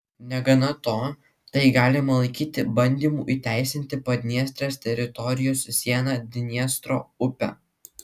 negana to tai galima laikyti bandymu įteisinti padniestrės teritorijos sieną dniestro upe